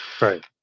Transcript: Right